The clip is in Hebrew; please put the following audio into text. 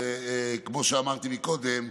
כמו שאמרתי מקודם,